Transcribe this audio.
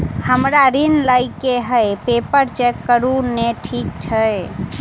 हमरा ऋण लई केँ हय पेपर चेक करू नै ठीक छई?